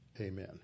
Amen